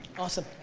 awesome,